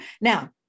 Now